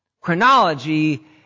Chronology